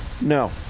No